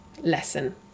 lesson